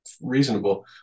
reasonable